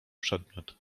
przedmiot